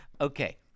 Okay